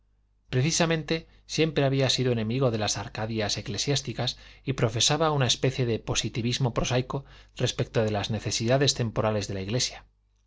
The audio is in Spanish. precisamente siempre había sido enemigo de las arcadias eclesiásticas y profesaba una especie de positivismo prosaico respecto de las necesidades temporales de la iglesia